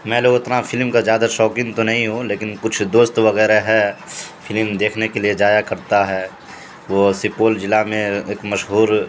میں لوگ اتنا فلم کا زیادہ شوقین تو نہیں ہوں لیکن کچھ دوست وغیرہ ہے فلم دیکھنے کے لیے جایا کرتا ہے وہ سپول جلع میں ایک مشہور